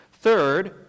Third